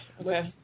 Okay